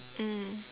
mm